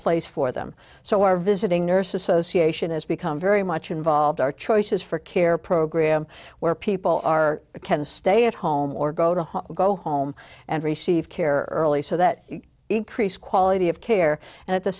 place for them so our visiting nurse association has become very much involved our choices for care program where people are can stay at home or go to the go home and receive care so that increased quality of care and at the